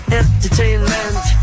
entertainment